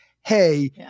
hey